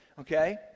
Okay